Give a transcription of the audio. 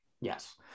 yes